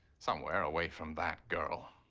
somewhere away from that girl.